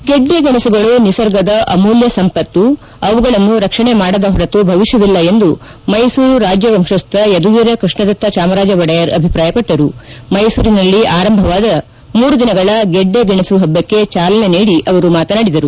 ಗೆಡ್ಡೆ ಗೆಣಸುಗಳು ನಿಸರ್ಗದ ಅಮೂಲ್ಯ ಸಂಪತ್ತು ಅವುಗಳನ್ನು ರಕ್ಷಣೆ ಮಾಡದ ಹೊರತು ಭವಿಷ್ಟವಿಲ್ಲ ಎಂದು ಮೈಸೂರು ರಾಜ್ಯ ವಂಶಸ್ತ ಯದುವೀರ ಕೃಷ್ಣದತ್ತ ಚಾಮರಾಜ ಒಡೆಯರ್ ಅಭಿಪ್ರಾಯಪಟ್ಟರುಮ್ಮೆಸೂರಿನಲ್ಲಿ ಆರಂಭವಾದ ಮೂರು ದಿನಗಳ ಗೆಡ್ಡೆ ಗೆಣಸು ಪಬ್ಲಕ್ಷೆ ಚಾಲನೆ ನೀಡಿ ಅವರು ಮಾತನಾಡಿದರು